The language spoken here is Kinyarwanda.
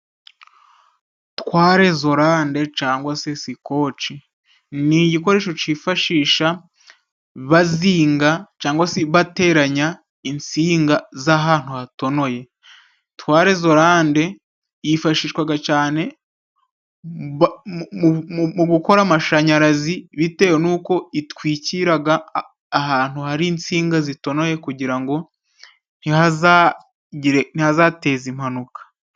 Twarezolande cangwa se sikoci. Ni igikoresho cifashisha bazinga cangwa se bateranya insinga z'ahantu hatonoye. Twarezolande yifashishwaga cane mu gukora amashanyarazi. Bitewe n'uko itwikiraga ahantu hari insinga zitonoye kugira ngo ntihazateze impanuka.